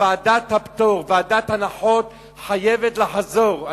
ועדת הפטור, ועדת ההנחות חייבת לחזור.